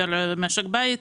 פר למשק בית,